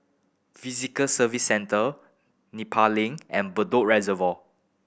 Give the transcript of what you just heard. Visitor Service Centre Nepal Link and Bedok Reservoir